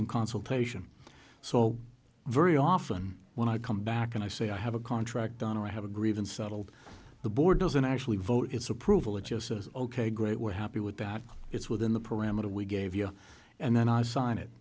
in consultation so very often when i come back and i say i have a contract on or i have a grievance settled the board doesn't actually vote its approval it yourselves ok great we're happy with that it's within the parameter we gave you and then i sign it